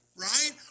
right